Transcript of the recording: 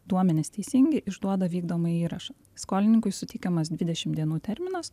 duomenys teisingi išduoda vykdomąjį įrašą skolininkui suteikiamas dvidešimt dienų terminas